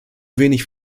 wenig